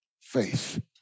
faith